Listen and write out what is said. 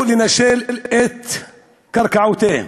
לנשל אותם מקרקעותיהם